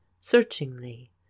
searchingly